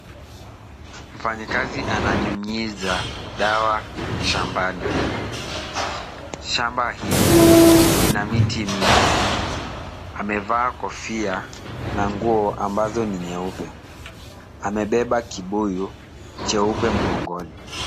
Mfanyikazi ananyunyiza dawa shambani. Shamba hii ina miti mingi. Amevaa kofia na nguo ambazo ni nyeupe. Amebeba kibuyu cheupe mgongoni.